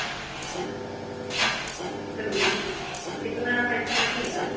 कितना पैसा लगेगा